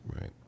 Right